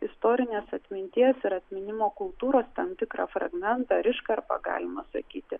istorinės atminties ir atminimo kultūros tam tikrą fragmentą ar iškarpą galima sakyti